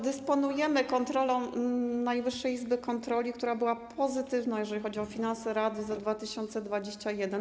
Dysponujemy kontrolą Najwyższej Izby Kontroli, która była pozytywna, jeżeli chodzi o finanse rady za 2021.